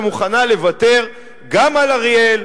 ומוכנה לוותר גם על אריאל,